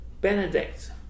Benedict